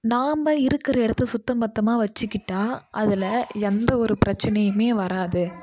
நம்ப இருக்கிற இடத்த சுத்தம் பத்தமாக வச்சுக்கிட்டா அதில் எந்த ஒரு பிரச்சனையுமே வராது